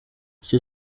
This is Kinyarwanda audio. icyo